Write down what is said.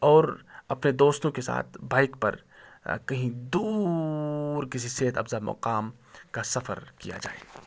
اور اپنے دوستوں کے ساتھ بائک پر کہیں دور کسی صحت افزا مقام کا سفر کیا جائے